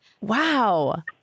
Wow